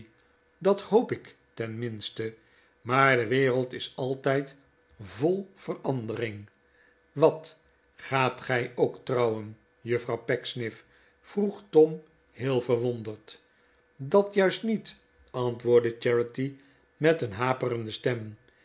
dat hoop ik tenminste maar de wereld is altijd vol verandering wat gaat gij ook trouwen juffrouw pecksniff vroeg tom heel verwonderd dat juist niet antwoordde charity met een haperende stem